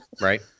right